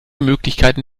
möglichkeiten